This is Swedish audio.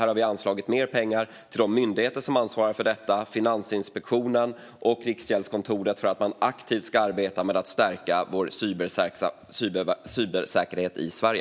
Här har vi anslagit mer pengar till de myndigheter som ansvarar för detta - Finansinspektion och Riksgäldskontoret - för att de aktivt ska arbeta med att stärka vår cybersäkerhet i Sverige.